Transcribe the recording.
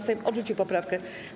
Sejm odrzucił poprawkę.